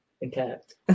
intact